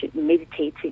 meditating